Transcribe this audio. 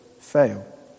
fail